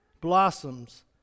blossoms